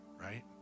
right